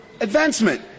advancement